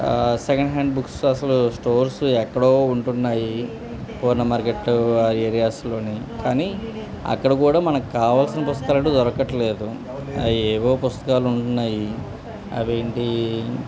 second hand books అసలు stores ఎక్కడో ఉంటున్నాయి పూర్ణ మార్కెట్లు ఆ ఏరియాస్లో కానీ అక్కడ కూడా మనకు కావాల్సిన పుస్తకాలు అంటు దొరకట్లేదు అవి ఏవో పుస్తకాలు ఉంటున్నాయి అవి ఏంటి